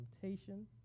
temptation